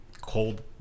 cold